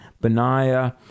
Benaiah